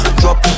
drop